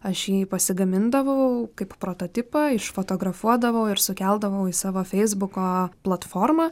aš jį pasigamindavau kaip prototipą išfotografuodavau ir sukeldavau į savo feisbuko platformą